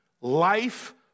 life